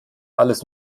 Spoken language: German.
alles